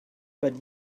but